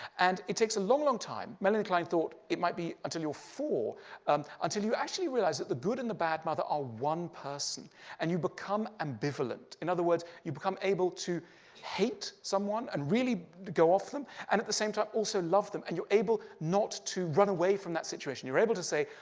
and it takes a long, long time. melanie klein thought it might be until you are four um until you actually realize that the good and the bad mother are one person and you become ambivalent. in other words, you become able able to hate someone and really go off them and at the same time also love them and you are able not to run away from that situation. you are able to say,